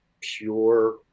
pure